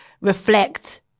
reflect